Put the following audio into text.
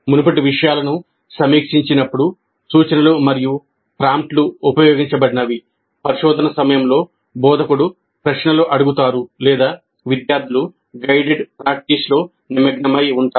మునుపటి విషయాలను సమీక్షించినప్పుడు సూచనలు మరియు ప్రాంప్ట్లు ఉపయోగించబడినవి పరిశోధన సమయంలో బోధకుడు ప్రశ్నలు అడుగుతారు లేదా విద్యార్థులు గైడెడ్ ప్రాక్టీస్లో నిమగ్నమై ఉంటారు